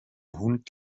hund